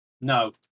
No